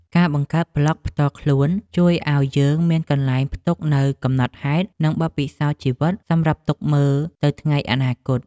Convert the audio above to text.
ការបង្កើតប្លក់ផ្ទាល់ខ្លួនជួយឱ្យយើងមានកន្លែងផ្ទុកនូវកំណត់ហេតុ និងបទពិសោធន៍ជីវិតសម្រាប់ទុកមើលទៅថ្ងៃអនាគត។